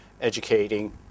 educating